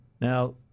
Now